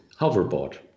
Hoverboard